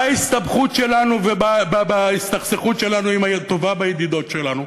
בהסתבכות שלנו ובהסתכסכות שלנו עם הטובה בידידות שלנו,